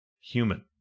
human